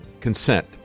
consent